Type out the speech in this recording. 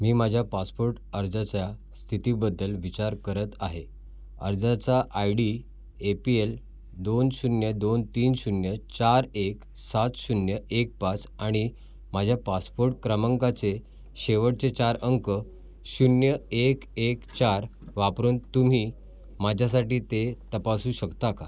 मी माझ्या पासपोर्ट अर्जाच्या स्थितीबद्दल विचार करत आहे अर्जाचा I D A P L दोन शून्य दोन तीन शून्य चार एक सात शून्य एक पाच आणि माझ्या पासपोर्ट क्रमांकाचे शेवटचे चार अंक शून्य एक एक चार वापरून तुम्ही माझ्यासाठी ते तपासू शकता का